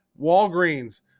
Walgreens